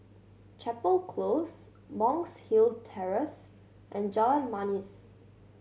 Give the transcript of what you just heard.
Chapel Close Monk's Hill Terrace and Jalan Manis